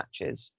matches